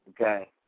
okay